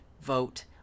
vote